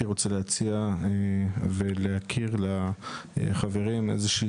הייתי רוצה להציע ולהכיר לחברים איזו שהיא